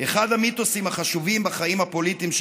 אחד המיתוסים החשובים בחיים הפוליטיים של